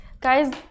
Guys